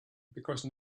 because